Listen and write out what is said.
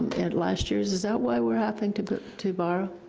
at last year's is that why we're having to but to borrow?